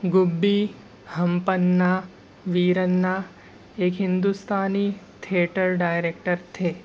گبی ہمپنا ویرنا ایک ہندوستانی theatre director تھے